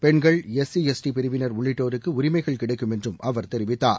பெண்கள் SC S T பிரிவினர் உள்ளிட்டோருக்கு உரிமைகள் கிடைக்கும் என்றும் அவர் தெரிவித்தார்